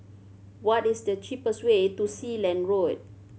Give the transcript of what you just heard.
what is the cheapest way to Sealand Road